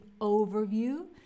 overview